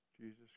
Jesus